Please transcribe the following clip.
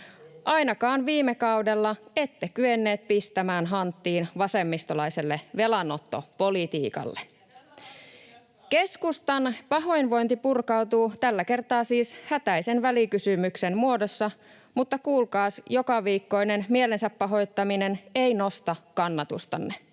Ainakaan viime kaudella ette kyenneet pistämään hanttiin vasemmistolaiselle velanottopolitiikalle. [Saara Hyrkkö: Ja tämä hallitus jatkaa!] Keskustan pahoinvointi purkautuu tällä kertaa siis hätäisen välikysymyksen muodossa, mutta kuulkaas, jokaviikkoinen mielensä pahoittaminen ei nosta kannatustanne.